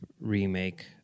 remake